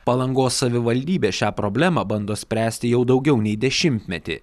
palangos savivaldybė šią problemą bando spręsti jau daugiau nei dešimtmetį